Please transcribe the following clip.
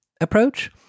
approach